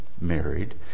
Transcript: married